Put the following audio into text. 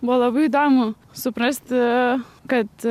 buvo labai įdomu suprasti kad